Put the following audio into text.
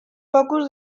focus